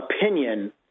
opinion